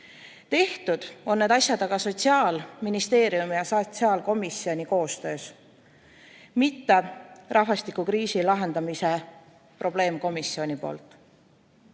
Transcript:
Tehtud on need asjad aga Sotsiaalministeeriumi ja sotsiaalkomisjoni koostöös, mitte rahvastikukriisi lahendamise probleemkomisjonis. Head